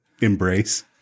embrace